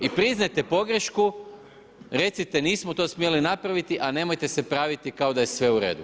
I priznajte pogrešku, recite nismo to smjeli napraviti a nemojte se praviti kao da je sve u redu.